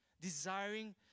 desiring